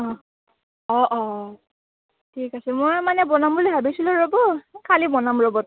অহ্ অঁ অঁ ঠিক আছে মই মানে বনাম বুলি ভাবিছিলোঁ ৰ'ব কালি বনাম ৰ'ব তে